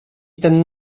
ten